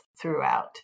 throughout